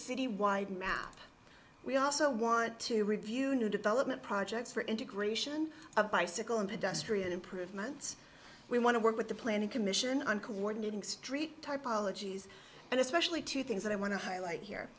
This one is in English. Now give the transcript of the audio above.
citywide math we also want to review new development projects for integration a bicycle and a desperate improvements we want to work with the planning commission on coordinating street type ologies and especially two things that i want to highlight here